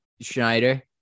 Schneider